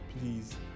please